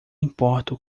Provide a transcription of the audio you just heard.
importo